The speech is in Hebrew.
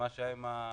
שהיה עם ההסתדרות.